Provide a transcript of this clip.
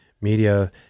media